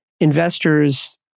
investors